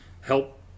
help